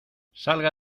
salga